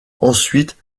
ensuite